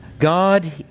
God